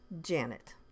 Janet